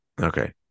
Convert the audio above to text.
Okay